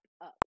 up